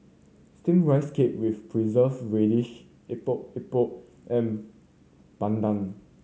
Steamed Rice Cake with Preserved Radish Epok Epok and bandung